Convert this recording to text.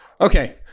okay